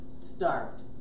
start